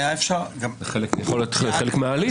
יכול להיות שזה חלק מההליך.